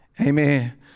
Amen